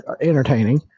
entertaining